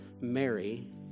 Mary